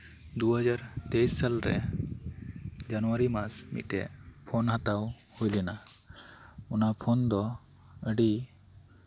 ᱫᱩᱦᱟᱡᱟᱨ ᱛᱮᱭᱤᱥ ᱥᱟᱞᱨᱮ ᱡᱟᱱᱩᱣᱟᱨᱤ ᱢᱟᱥ ᱢᱤᱫᱴᱮᱱ ᱯᱷᱳᱱ ᱦᱟᱛᱟᱣ ᱦᱩᱭ ᱞᱮᱱᱟ ᱚᱱᱟ ᱯᱷᱳᱱ ᱫᱚ ᱟᱹᱰᱤ